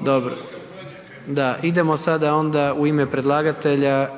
Dobro, da idemo onda sada u ime predlagatelja